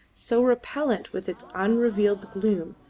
so repellent with its unrelieved gloom,